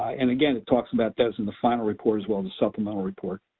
and again, it talks about those in the final report as well, the supplemental report.